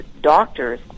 doctors